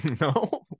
no